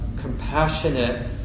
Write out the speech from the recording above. compassionate